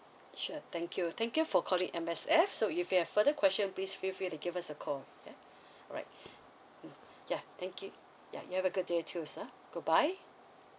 sure thank you thank you for calling M_S_F so if you have further question please feel free to give us a call ya alright mm ya thank you ya you have a good day too sir goodbye